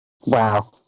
Wow